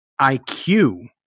IQ